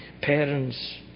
parents